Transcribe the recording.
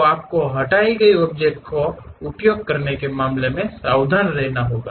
तो आपको हटाए गए ऑब्जेक्ट का उपयोग करने के मामले में सावधान रहना होगा